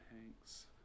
Hanks